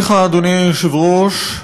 אדוני היושב-ראש,